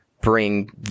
bring